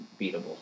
beatable